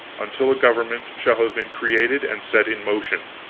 until a government shall have been created and set in motion.